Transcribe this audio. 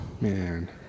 Man